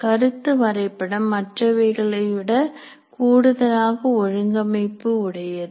கருத்து வரைபடம் மற்றவைகளை விட கூடுதலாக ஒழுங்கமைப்பு உடையது